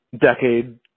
decade